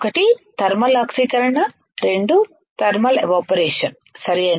1 thermal ఆక్సీకరణ 2 thermal evaporation సరియైనదా